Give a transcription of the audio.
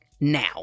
Now